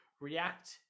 react